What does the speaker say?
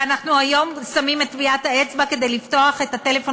והיום אנחנו שמים את טביעת האצבע כדי לפתוח את הטלפון